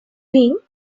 wing